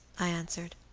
i answered.